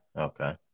Okay